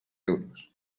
euros